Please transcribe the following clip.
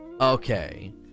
okay